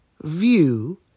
view